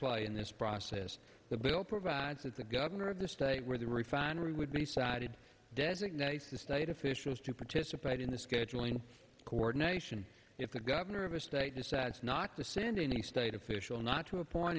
play in this process the bill provides that the governor of the state where the refinery would be sided designates the state officials to participate in the scheduling coordination if the governor of a state decides not to send in a state official not to appoint